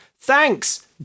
thanks